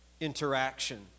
interaction